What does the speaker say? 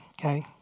okay